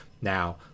now